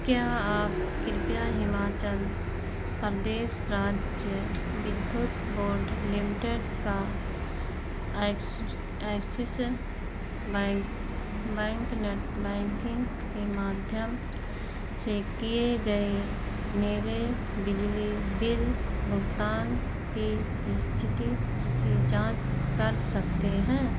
क्या आप कृपया हिमाचल प्रदेश राज्य विद्युत बोर्ड लिमिटेड का एक्सि Axis bank bank net banking के माध्यम से किए गए मेरे बिजली बिल भुगतान की स्थिति कि जाँच कर सकते हैं